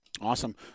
Awesome